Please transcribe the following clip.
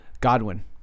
Godwin